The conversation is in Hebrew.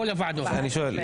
נמנעים, אין אושר.